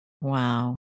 Wow